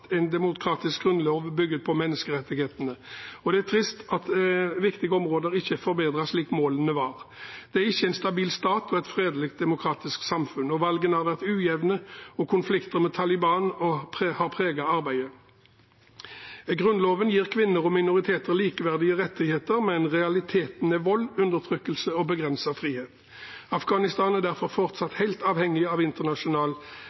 en demokratisk grunnlov bygd på menneskerettighetene. Det er trist at viktige områder ikke er forbedret, slik målene var. Det er ikke en stabil stat og et fredelig, demokratisk samfunn. Valgene har vært ujevne, og konflikter med Taliban har preget arbeidet. Grunnloven gir kvinner og minoriteter likeverdige rettigheter, men realitetene er vold, undertrykkelse og begrenset frihet. Afghanistan er derfor fortsatt helt avhengig av internasjonal